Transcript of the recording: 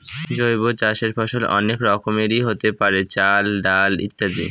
জৈব চাষের ফসল অনেক রকমেরই হতে পারে, চাল, ডাল ইত্যাদি